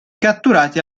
catturati